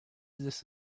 this